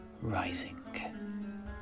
rising